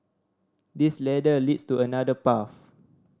this ladder leads to another path